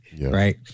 right